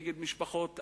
נגד משפחות עניות,